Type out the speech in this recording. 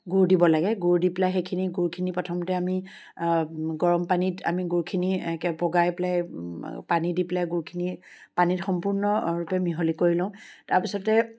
গুৰ দিব লাগে গুৰ দি পেলাই সেইখিনি গুৰখিনি প্ৰথমতে আমি গৰম পানীত গুৰখিনি একে পগাই পেলাই পানী দি পেলাই গুৰখিনি পানীত সম্পূৰ্ণৰূপে মিহলি কৰি লওঁ তাৰ পিছতে